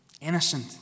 innocent